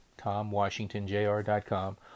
TomWashingtonJr.com